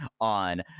on